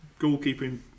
goalkeeping